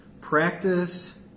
Practice